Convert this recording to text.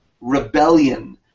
rebellion